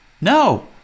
No